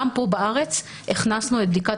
גם פה בארץ הכנסנו לשימוש את בדיקת